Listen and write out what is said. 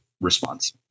response